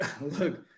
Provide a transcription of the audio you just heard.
look